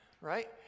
Right